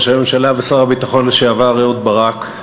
ראש הממשלה ושר הביטחון לשעבר אהוד ברק,